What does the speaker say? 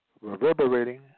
reverberating